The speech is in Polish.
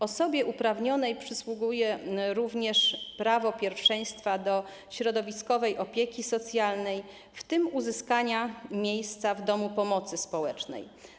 Osobie uprawnionej przysługuje również prawo pierwszeństwa do środowiskowej opieki socjalnej, w tym uzyskania miejsca w domu pomocy społecznej.